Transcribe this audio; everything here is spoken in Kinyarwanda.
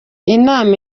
inama